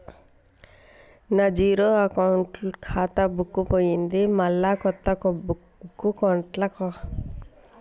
నా zero account ఖాతా book పోయింది మళ్ళా కొత్త ఖాతా బుక్కు ఎట్ల తీసుకోవాలే?